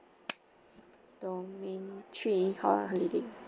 domain three holiday